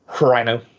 Rhino